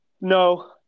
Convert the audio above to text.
No